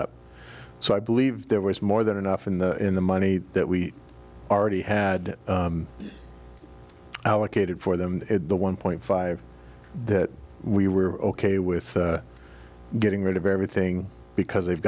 up so i believe there was more than enough in the in the money that we already had allocated for them at the one point five that we were ok with getting rid of everything because they've